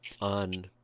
on